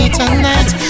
tonight